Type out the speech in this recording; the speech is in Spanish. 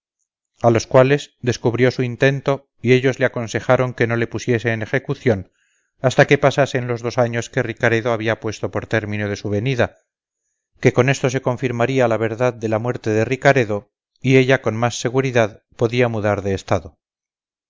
a los cuales descubrió su intento y ellos le aconsejaron que no le pusiese en ejecución hasta que pasasen los dos años que ricaredo había puesto por término de su venida que con esto se confirmaría la verdad de la muerte de ricaredo y ella con más seguridad podía mudar de estado